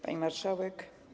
Pani Marszałek!